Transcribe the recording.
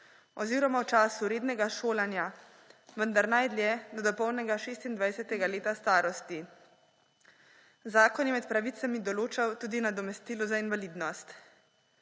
oziroma v času rednega šolanja, vendar najdlje do dopolnjenega 26. leta starosti. Zakon je med pravicami določal tudi nadomestilo za invalidnost.